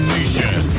Nation